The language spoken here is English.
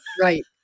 right